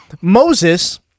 Moses